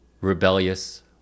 rebellious